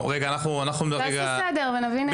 נעשה סדר ונבין איפה אנחנו עומדים.